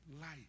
life